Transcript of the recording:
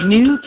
New